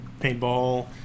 paintball